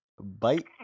bite